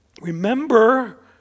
Remember